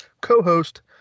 co-host